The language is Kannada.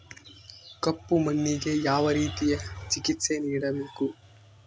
ಕಪ್ಪು ಮಣ್ಣಿಗೆ ಯಾವ ರೇತಿಯ ಚಿಕಿತ್ಸೆ ನೇಡಬೇಕು?